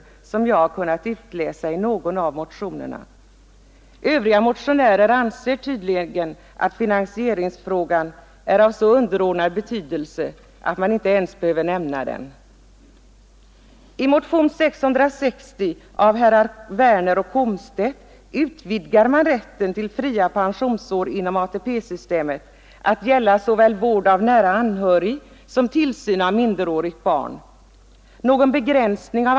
Övriga 12 april 1972 motionärer anser tydligen att finansieringsfrågan är av så underordnad —L— —— betydelse att man inte ens behöver nämna den. Rätt till allmän till I motionen 660 av herrar Werner i Malmö och Komstedt vill man läggspension för utvidga rätten till fria pensionsår inom ATP-systemet att gälla såväl vård hemarbetande make av nära anhörig som tillsyn av minderårigt barn. Någon begränsning av —”.